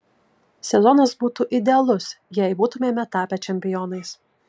sezonas būtų idealus jei būtumėme tapę čempionais